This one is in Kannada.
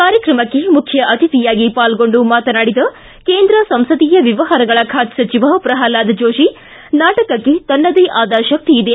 ಕಾರ್ಯಕ್ರಮಕ್ಕೆ ಮುಖ್ಯ ಅತಿಥಿಯಾಗಿ ಪಾಲ್ಗೊಂಡು ಮಾತನಾಡಿದ ಕೇಂದ್ರ ಸಂಸದೀಯ ವ್ಯವಹಾರಗಳ ಬಾತೆ ಸಚಿವ ಪ್ರಹ್ನಾದ ಜೋತಿ ನಾಟಕಕ್ಕೆ ತನ್ನದೇ ಆದ ಶಕ್ತಿ ಇದೆ